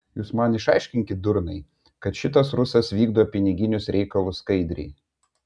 jūs man išaiškinkit durnai kad šitas rusas vykdo piniginius reikalus skaidriai